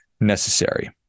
necessary